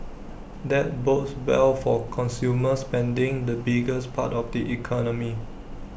that bodes well for consumer spending the biggest part of the economy